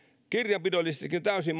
kirjanpidollisestikin se on täysin